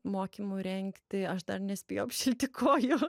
mokymų rengti aš dar nespėjau apšilti kojų